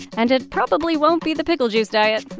and it probably won't be the pickle juice diet